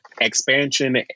expansion